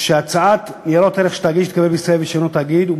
"הצעת ניירות ערך של תאגיד שהתאגד בישראל ושאינו תאגיד מדווח,